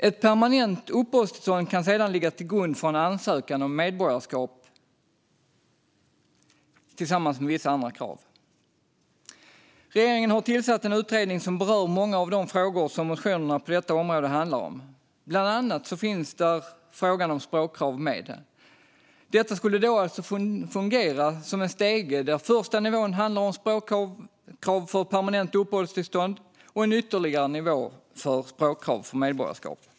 Ett permanent uppehållstillstånd kan sedan, tillsammans med vissa andra krav, ligga till grund för en ansökan om medborgarskap. Regeringen har tillsatt en utredning som berör många av de frågor som motionerna på detta område handlar om. Bland annat finns frågan om språkkrav med. Detta skulle alltså fungera som en stege där den första nivån handlar om språkkrav för permanent uppehållstillstånd och en ytterligare nivå om språkkrav för medborgarskap.